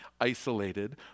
isolated